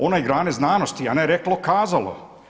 One grane znanosti, a ne reklo kazalo.